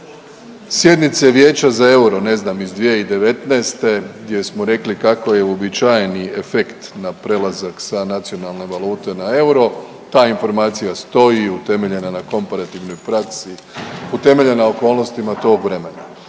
sjednice Vijeća za euro, ne znam iz 2019. gdje smo rekli kako je uobičajeni efekt na prelazak sa nacionalne valute na euro, ta informacija stoji, utemeljena na komparativnoj praksi, utemeljena na okolnostima tog vremena.